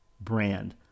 brand